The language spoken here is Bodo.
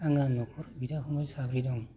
आंना नखर बिदा फंबाय साब्रै दं